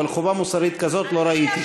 אבל חובה מוסרית כזאת לא ראיתי.